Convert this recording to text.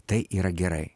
tai yra gerai